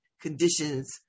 conditions